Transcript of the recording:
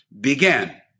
began